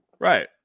right